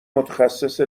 متخصص